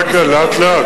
רגע, לאט-לאט.